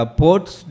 ports